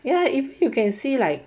ya if you can see like